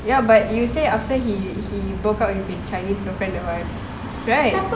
ya but you say after he he broke up with his chinese girlfriend that [one]